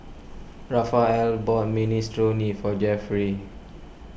Raphael bought Minestrone for Jeffrey